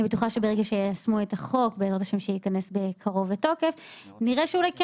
אני בטוחה שברגע שיישמו את החוק נראה שאולי כן